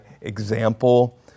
example